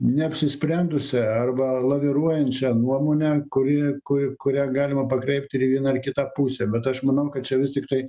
neapsisprendusią arba laviruojančią nuomonę kuri kurią galima pakreipt ir vieną ir į kitą pusę bet aš manau kad vis tiktai